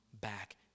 back